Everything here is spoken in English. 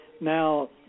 Now